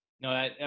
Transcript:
no